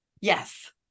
yes